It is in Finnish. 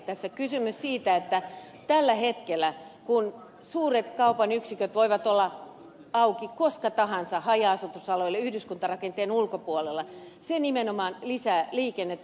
tässä on kysymys siitä että tällä hetkellä kun suuret kaupan yksiköt voivat olla auki koska tahansa haja asutusalueilla yhdyskuntarakenteen ulkopuolella se nimenomaan lisää liikennettä